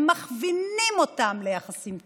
אם מכווינים אותם ליחסים טובים.